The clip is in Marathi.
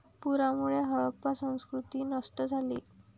पुरामुळे हडप्पा संस्कृती नष्ट झाली